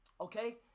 Okay